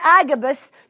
Agabus